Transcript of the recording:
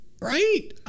right